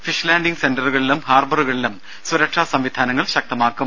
fish landing സെന്ററുകളിലും ഹാർബറുകളിലും സുരക്ഷാസംവിധാനങ്ങൾ ശക്തമാക്കും